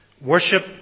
Worship